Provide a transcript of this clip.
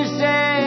say